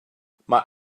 mae